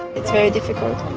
it's very difficult.